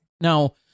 Now